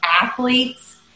athletes